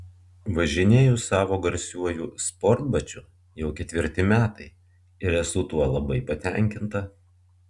važinėju savo garsiuoju sportbačiu jau ketvirti metai ir esu tuo labai patenkinta